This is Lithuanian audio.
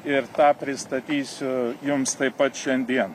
ir tą pristatysiu jums taip pat šiandien